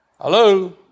Hello